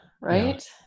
right